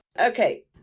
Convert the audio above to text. Okay